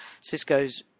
Cisco's –